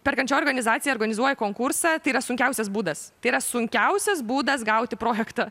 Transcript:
perkančioji organizacija organizuoja konkursą tai yra sunkiausias būdas tai yra sunkiausias būdas gauti projektą